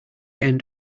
end